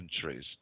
centuries